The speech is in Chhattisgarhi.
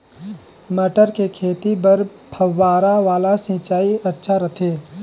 मटर के खेती बर फव्वारा वाला सिंचाई अच्छा रथे?